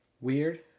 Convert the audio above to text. weird